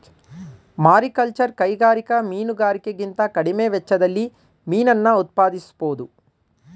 mariculture ಕೈಗಾರಿಕಾ ಮೀನುಗಾರಿಕೆಗಿಂತ ಕಡಿಮೆ ವೆಚ್ಚದಲ್ಲಿ ಮೀನನ್ನ ಉತ್ಪಾದಿಸ್ಬೋಧು